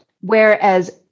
Whereas